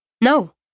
No